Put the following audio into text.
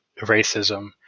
racism